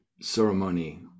ceremony